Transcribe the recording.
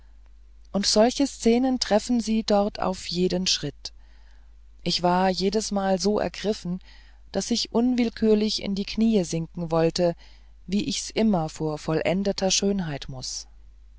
und solche szenen treffen sie dort auf jeden schritt ich war jedesmal so ergriffen daß ich unwillkürlich in die knie sinken wollte wie ich's immer vor vollendeter schönheit muß